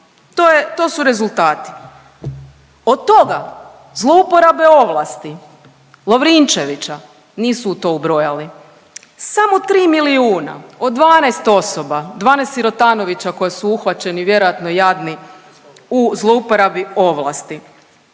to su rezultati. Od toga zlouporabe ovlasti Lovrinčevića nisu u to ubrojali. Samo 3 milijuna od 12 osoba, 12 sirotanovića koji su uhvaćeni vjerojatno jadni u zlouporabi ovlasti.